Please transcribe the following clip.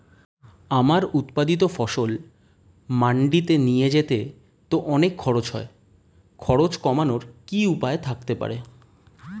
আমার উৎপাদিত ফসল মান্ডিতে নিয়ে যেতে তো অনেক খরচ হয় খরচ কমানোর কি উপায় থাকতে পারে?